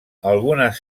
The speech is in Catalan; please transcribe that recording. algunes